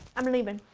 i'm leaving.